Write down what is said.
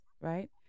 right